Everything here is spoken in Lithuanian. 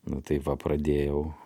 nu tai va pradėjau